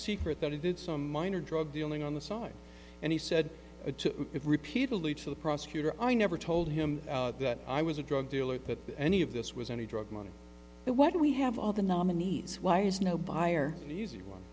secret that he did some minor drug dealing on the side and he said it repeatedly to the prosecutor i never told him that i was a drug dealer that any of this was any drug money but why do we have all the nominees why is no buyers an easy one